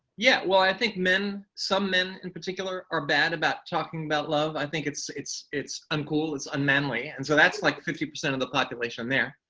yeah. well, i think men, some men in particular, are bad about talking about love. i think it's it's uncool, it's unmanly. and so that's like fifty percent of the population there.